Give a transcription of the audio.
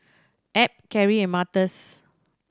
Ab Keri and Martez